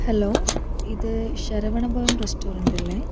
hello ഇത് Saravana Bhavan restaurant അല്ലെ